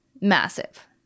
massive